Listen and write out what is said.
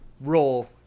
role